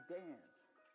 danced